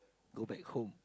go back home